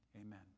Amen